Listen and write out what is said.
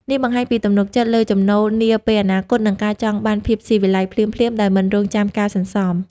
នេះបង្ហាញពីទំនុកចិត្តលើចំណូលនាពេលអនាគត និងការចង់បានភាពស៊ីវិល័យភ្លាមៗដោយមិនរង់ចាំការសន្សំ។